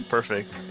Perfect